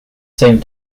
same